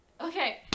Okay